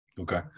Okay